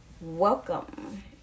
welcome